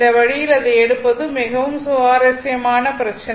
இந்த வழியில் அதை எடுப்பது மிகவும் சுவாரஸ்யமான பிரச்சனை